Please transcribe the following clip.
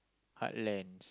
heartlands